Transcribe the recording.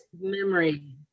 memory